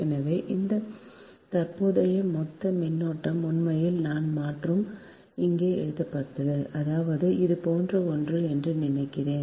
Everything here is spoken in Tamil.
எனவே இந்த தற்போதைய மொத்த மின்னோட்டம் உண்மையில் நான் மற்றும் இங்கே எழுதப்பட்டுள்ளது அதாவது இது போன்ற ஒன்று என்று நினைக்கிறேன்